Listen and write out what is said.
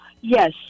yes